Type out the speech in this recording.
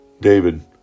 David